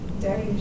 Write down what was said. daddy